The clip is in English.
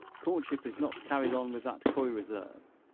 courtship is not carried on with that coy reserve,